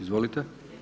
Izvolite.